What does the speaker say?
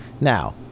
Now